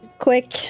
Quick